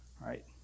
right